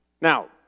Now